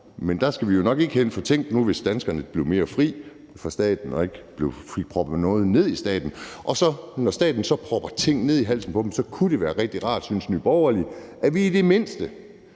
Men der skal vi nok ikke hen, for tænk nu, hvis danskerne blev mere frie fra staten og ikke fik proppet noget ned i halsen af staten. Når staten så propper tingene ned i halsen på dem, kunne det være rigtig rart, synes Nye Borgerlige, at vi i det mindste,